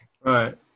Right